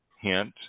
hint